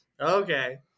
Okay